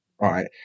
right